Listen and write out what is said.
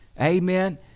Amen